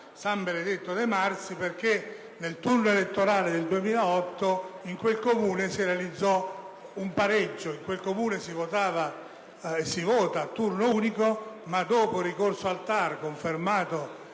San Benedetto dei Marsi, perché nel turno elettorale del 2008 in quel Comune si realizzò un pareggio. In quel Comune si vota a turno unico, ma dopo un ricorso al TAR, confermato